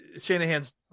Shanahan's